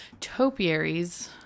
topiaries